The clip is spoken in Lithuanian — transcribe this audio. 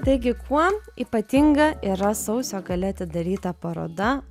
taigi kuo ypatinga yra sausio gale atidaryta paroda